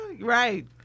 right